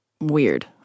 Weird